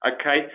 Okay